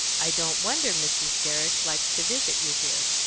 i don't wonder mrs. gerrish likes to visit you here.